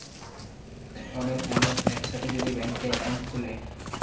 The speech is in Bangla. অনেক মানুষ এক সাথে যদি ব্যাংকে একাউন্ট খুলে